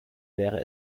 wäre